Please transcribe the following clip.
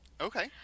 okay